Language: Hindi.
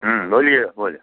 बोलिए बोले